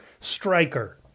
striker